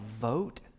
vote